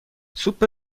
سوپ